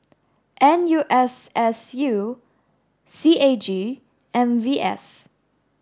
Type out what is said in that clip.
N U S S U C A G and V S